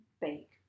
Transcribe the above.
bake